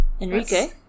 Enrique